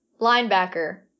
linebacker